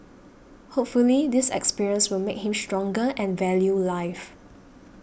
hopefully this experience will make him stronger and value life